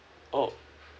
oh